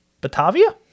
Batavia